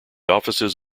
offices